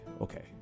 okay